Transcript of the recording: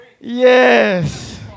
Yes